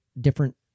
different